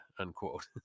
unquote